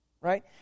right